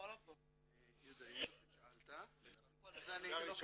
למטופלים קטינים הסובלים